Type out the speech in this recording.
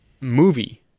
movie